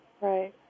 Right